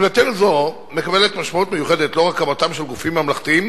עמדתנו זו מקבלת משמעות מיוחדת לאור הקמתם של גופים ממלכתיים